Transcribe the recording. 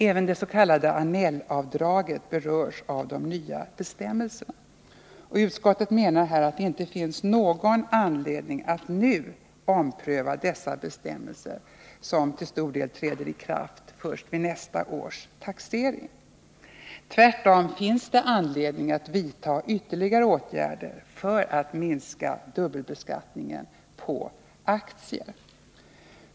Även det | s.k. Annellavdraget berörs av de nya bestämmelserna. Utskottet menar att det inte finns någon anledning att nu ompröva dessa bestämmelser, som till stor del träder i kraft först vid nästa års taxering. Tvärtom finns det anledning att vidta ytterligare åtgärder för att minska dubbelbeskattningen på aktier.